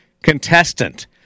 Contestant